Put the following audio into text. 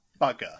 bugger